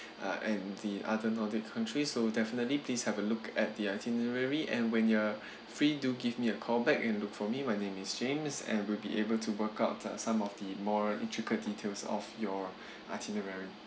uh and the other nordic countries so definitely please have a look at the itinerary and when you're free do give me a call back and look for me my name is james and we'll be able to work out to some of the more intricate details of your itinerary